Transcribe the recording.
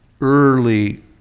early